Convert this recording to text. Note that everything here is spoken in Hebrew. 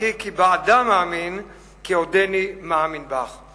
שחקי כי באדם אאמין, כי עודני מאמין בך".